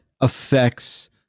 affects